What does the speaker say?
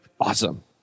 awesome